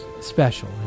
special